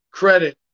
credit